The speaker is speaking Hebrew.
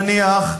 נניח,